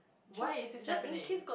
why is this happening